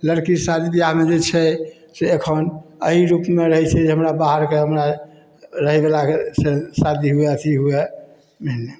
लड़की शादी विवाहमे जे छै से एखन अइ रूप मे रहै हमरा बाहर के हमरा रहे बला के से शादी हुए अथी हुए हूँ